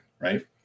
Right